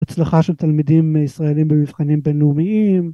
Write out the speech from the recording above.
הצלחה של תלמידים ישראלים במבחנים בינלאומיים